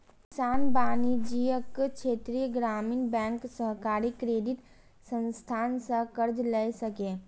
किसान वाणिज्यिक, क्षेत्रीय ग्रामीण बैंक, सहकारी क्रेडिट संस्थान सं कर्ज लए सकैए